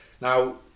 Now